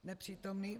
Nepřítomný.